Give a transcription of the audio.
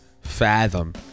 fathom